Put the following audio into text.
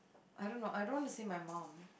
I don't know I don't wana say my mum